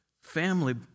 family